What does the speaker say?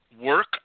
work